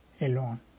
alone